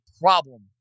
problem